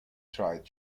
tried